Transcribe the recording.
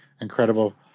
incredible